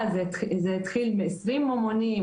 זה התחיל מעשרים ממונים,